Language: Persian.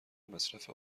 مصرف